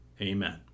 Amen